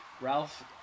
Ralph